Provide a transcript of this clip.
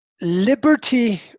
liberty